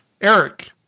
Eric